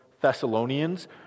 Thessalonians